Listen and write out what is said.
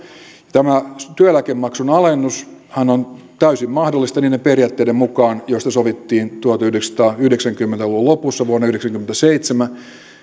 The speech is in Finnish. tämä työeläkemaksun alennushan on täysin mahdollista niiden periaatteiden mukaan joista sovittiin tuhatyhdeksänsataayhdeksänkymmentä luvun lopussa vuonna yhdeksänkymmentäseitsemän